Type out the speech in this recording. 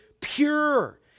pure